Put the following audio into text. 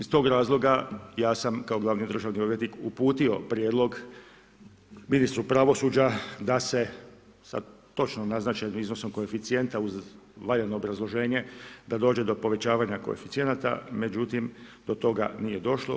Iz tog razloga ja sam glavni državni odvjetnik uputio prijedlog ministru pravosuđa da se sa točno naznačenim iznosom koeficijenta uz valjano obrazloženje, da dođe povećavanja koeficijenata međutim do toga nije došlo.